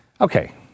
Okay